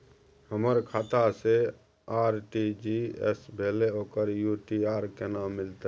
हमर खाता से जे आर.टी.जी एस भेलै ओकर यू.टी.आर केना मिलतै?